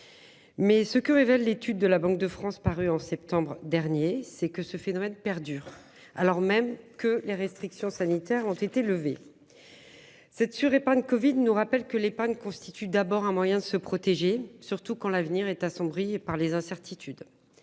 Mais ce que révèle l'étude de la Banque de France, paru en septembre dernier, c'est que ce phénomène perdure, alors même que les restrictions sanitaires ont été levées. Cette sur épargne Covid nous rappelle que les pagnes constitue d'abord un moyen de se protéger, surtout quand l'avenir est assombri par les incertitudes.